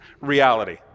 reality